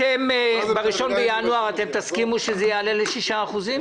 ב-1 בינואר אתם תסכימו שזה יעלה ל-6%?